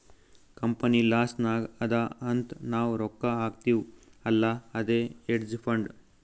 company loss ನಾಗ್ ಅದಾ ಅಂತ್ ನಾವ್ ರೊಕ್ಕಾ ಹಾಕ್ತಿವ್ ಅಲ್ಲಾ ಅದೇ ಹೇಡ್ಜ್ ಫಂಡ್